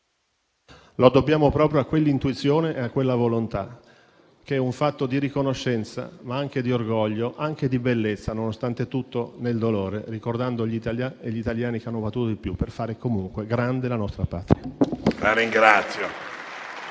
…lo dobbiamo proprio a quell'intuizione e a quella volontà, che è un fatto di riconoscenza, ma anche di orgoglio e di bellezza, nonostante tutto, nel dolore, ricordando gli italiani che hanno combattuto di più per fare comunque grande la nostra Patria.